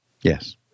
yes